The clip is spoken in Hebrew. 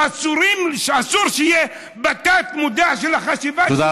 אסור שיהיה בתת-מודע של החשיבה שלכם,